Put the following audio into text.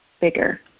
bigger